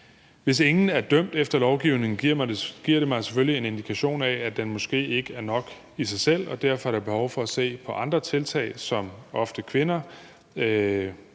Hvis ingen er dømt efter lovgivningen, giver det mig selvfølgelig en indikation af, at den måske ikke er nok i sig selv, og derfor er der behov for at se på andre tiltag, som ofte kvinder